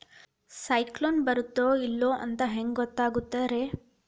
ಸೈಕ್ಲೋನ ಬರುತ್ತ ಇಲ್ಲೋ ಅಂತ ಹೆಂಗ್ ಗೊತ್ತಾಗುತ್ತ ರೇ?